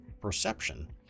perception